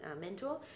mentor